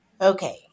Okay